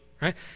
right